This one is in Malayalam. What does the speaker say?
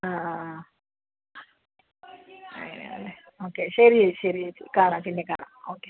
ആ ആ ആ അങ്ങനെയാണല്ലേ ഓക്കെ ശരി ചേച്ചി ശരി ചേച്ചി കാണാം പിന്നെ കാണാം ഒക്കെ